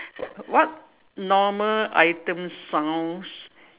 what normal items sounds